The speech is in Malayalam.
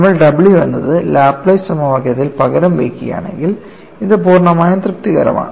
നമ്മൾ w എന്നത് ലാപ്ലേസ് സമവാക്യത്തിൽ പകരം വയ്ക്കുകയാണെങ്കിൽ ഇത് പൂർണ്ണമായും തൃപ്തികരമാണ്